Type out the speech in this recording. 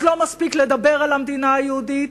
אז לא מספיק לדבר על המדינה היהודית,